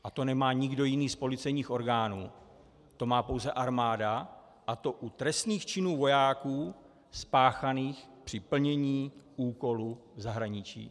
A to nemá nikdo jiný z policejních orgánů, to má pouze armáda, a to u trestných činů vojáků spáchaných při plnění úkolu v zahraničí.